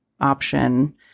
option